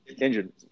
engine